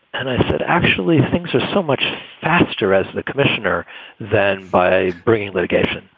and i said, actually, things are so much faster as the commissioner than by bringing litigation.